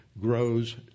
grows